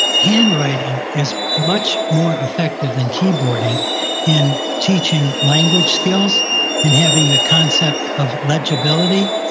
handwriting is much more effective than keyboarding in teaching language skills and having the concept of legibility.